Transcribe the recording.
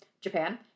Japan